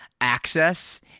access